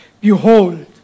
Behold